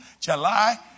July